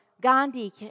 Gandhi